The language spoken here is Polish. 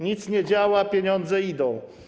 Nic nie działa, a pieniądze idą.